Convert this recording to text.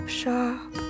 shop